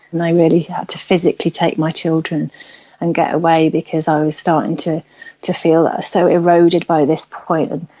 and i really had to physically take my children and get away because i was starting to to feel ah so eroded by this point, and